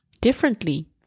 differently